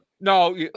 No